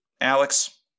Alex